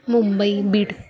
Mumbai Beed